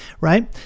right